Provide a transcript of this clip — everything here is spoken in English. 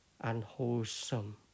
unwholesome